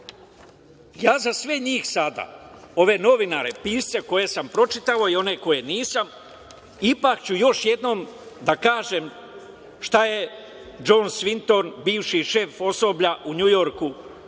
ja za sve njih sada, ove novinare, pisce koje sam pročitao i one koji nisam, ipak ću još jednom da kažem šta je DŽon Svinton, bivši šef osoblja u NJujorku,